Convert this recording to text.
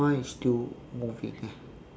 mine is still moving eh